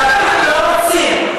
אבל אתם לא רוצים.